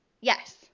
Yes